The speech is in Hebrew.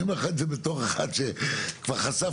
אני אומר לך את זה בתור אחד שכבר חשף